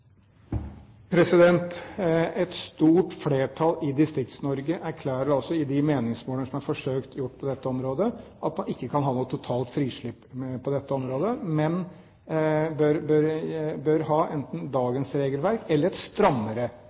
Et stort flertall i Distrikts-Norge erklærer i de meningsmålingene som er forsøkt gjort på dette området, at man ikke kan ha noe totalt frislipp på dette området, men bør ha enten dagens regelverk eller et strammere